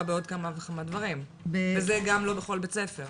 בעוד כמה וכמה דברים וזה גם לא בכל בית ספר.